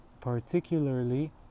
particularly